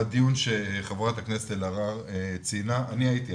בדיון שחברת הכנסת ציינה אני הייתי,